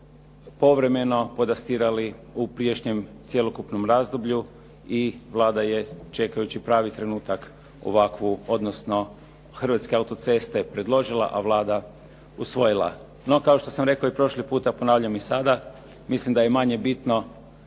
povremeno podastirali u prijašnjem cjelokupnom razdoblju i Vlada je čekajući pravi trenutak ovakvu, odnosno Hrvatske autoceste predložila, a Vlada usvojila. No, kao što sam rekao i prošli puta ponavljam i sada. Mislim da je manje bitno